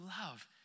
love